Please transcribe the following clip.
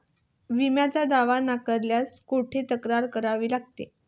विम्याचा दावा नाकारल्यास कुठे तक्रार करावी लागते?